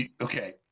Okay